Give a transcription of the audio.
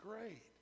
great